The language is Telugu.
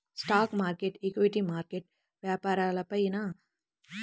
స్టాక్ మార్కెట్, ఈక్విటీ మార్కెట్ వ్యాపారాలపైయాజమాన్యక్లెయిమ్లను సూచించేస్టాక్